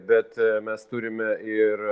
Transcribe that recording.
bet mes turime ir